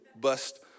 bust